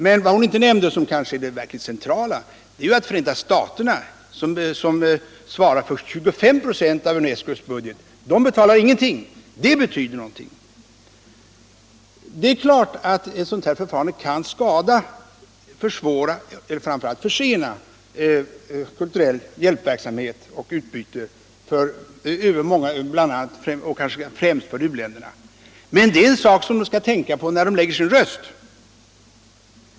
Men vad fru Frienkel inte nämnde, och som kanske är det verkligt centrala, är att Förenta staterna — som svarar för 25 26 av UNESCO:s budget — betalar ingenting. Det betyder något! Det är givet att ett sådant här förfarande kan skada, försvåra och framför allt försena den kulturella hjälpverksamheten och det kulturella utbytet för många länder, främst för u-länderna. Men det är en sak som man skulle ha tänkt på när man lade sin röst.